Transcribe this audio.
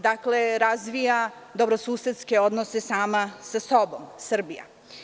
Dakle, razvija dobrosusedske odnose sa sobom, Srbija.